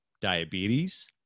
diabetes